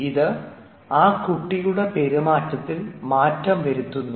ഇത് ആ കുട്ടിയുടെ പെരുമാറ്റത്തിൽ മാറ്റം വരുത്തുന്നു